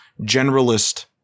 generalist